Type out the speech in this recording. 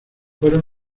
fueron